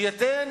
שייתן